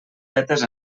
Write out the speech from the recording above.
fetes